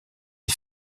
des